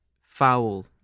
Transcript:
foul